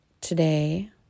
today